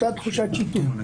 אותה תחושת שיתוף.